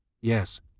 Yes